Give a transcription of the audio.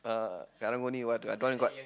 uh Karang-Guni what do I I don't want got